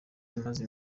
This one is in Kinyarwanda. amaze